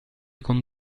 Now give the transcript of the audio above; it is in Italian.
con